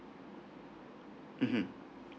mmhmm